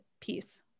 piece